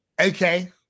Okay